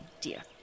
dear